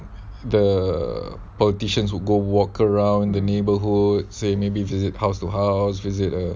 the politicians would go walk around the neighbourhood say maybe visit house to house visit ah